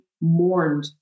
mourned